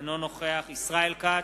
אינו נוכח ישראל כץ,